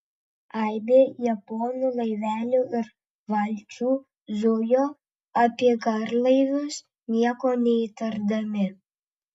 aibė japonų laivelių ir valčių zujo apie garlaivius nieko neįtardami